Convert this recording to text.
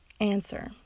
Answer